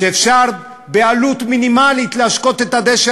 כשאפשר בעלות מינימלית להשקות את הדשא